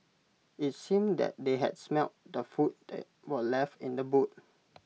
IT seemed that they had smelt the food that were left in the boot